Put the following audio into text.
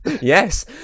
Yes